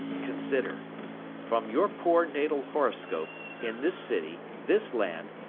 consider from your poor natal horoscope, in this city, this land,